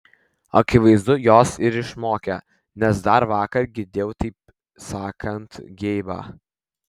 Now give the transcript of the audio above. akivaizdu jos ir išmokė nes dar vakar girdėjau taip sakant geibą